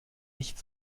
nicht